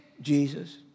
Jesus